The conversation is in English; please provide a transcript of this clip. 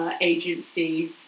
agency